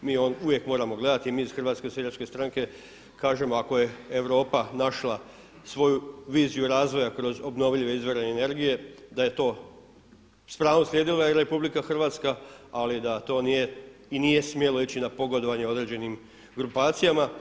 Mi uvijek moramo gledati i mi iz HSS-a kažemo ako je Europa našla svoju viziju razvoja kroz obnovljive izvore energije da je to s pravom slijedila i RH ali da to nije i nije smjelo ići na pogodovanje određenim grupacijama.